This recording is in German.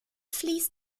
fließt